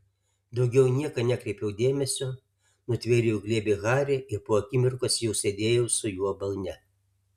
daugiau į nieką nekreipiau dėmesio nutvėriau į glėbį harį ir po akimirkos jau sėdėjau su juo balne